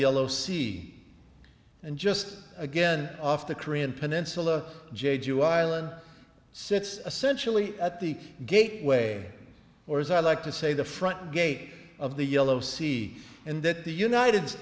yellow sea and just again off the korean peninsula j jew island sits essentially at the gateway or as i like to say the front gate of the yellow sea and that the united